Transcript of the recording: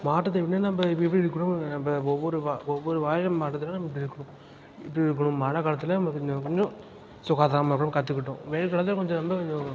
மாற்றத்திற்கு நம்ம இப்படி இப்படி இருக்கணும் நம்ம ஒவ்வொரு ஒவ்வொரு வானிலை மாற்றத்துக்கு மாதிரி நம்ம இப்படி இருக்கணும் இப்படி இருக்கணும் மழைக்காலத்தில் நம்ம இன்னும் கொஞ்சம் சுகாதாரமாக இருக்கணும் கற்றுக்கிட்டோம் வெயில் காலத்தில் கொஞ்சம் வந்து கொஞ்சம்